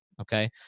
Okay